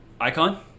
Icon